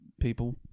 people